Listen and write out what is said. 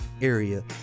area